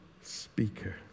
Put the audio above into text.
speaker